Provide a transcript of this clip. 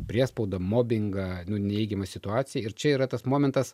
priespaudą mobingą nu neigiamą situaciją ir čia yra tas momentas